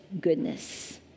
goodness